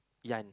Yan